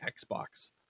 Xbox